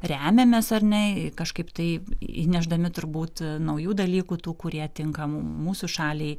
remiamės ar ne kažkaip taip įnešdami turbūt naujų dalykų tų kurie tinka mūsų šaliai